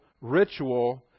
ritual